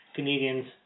Canadians